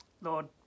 Lord